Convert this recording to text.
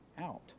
out